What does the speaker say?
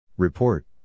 Report